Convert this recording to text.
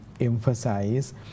emphasize